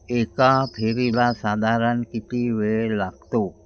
एका फेरीला साधारण किती वेळ लागतो